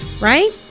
Right